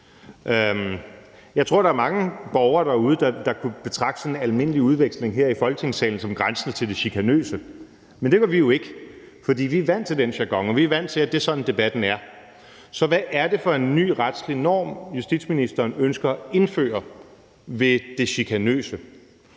Jeg tror, der er mange borgere derude, der kunne betragte sådan en almindelig udveksling her i Folketingssalen som grænsende til det chikanøse, men det gør vi jo ikke, fordi vi er vant til den jargon og vi er vant til, at det er sådan, debatten er. Så hvad er det for en ny retslig norm, justitsministeren ønsker at indføre med det »chikanøse«?